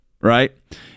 right